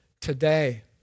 today